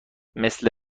مثل